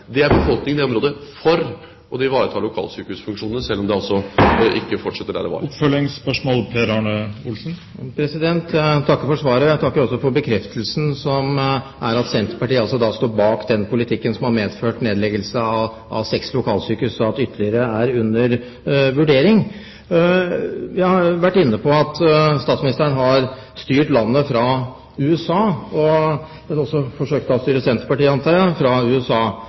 det var. Jeg takker for svaret. Jeg takker også for bekreftelsen av at Senterpartiet står bak den politikken som har medført nedleggelse av seks lokalsykehus, og at ytterligere er under vurdering. Jeg har vært inne på at statsministeren har styrt landet fra USA. Han har også forsøkt å styre Senterpartiet, antar jeg, fra USA.